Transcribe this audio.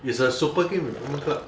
it's a super improvement club